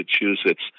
Massachusetts